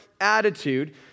attitude